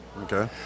okay